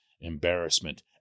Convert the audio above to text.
embarrassment